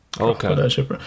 okay